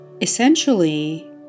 essentially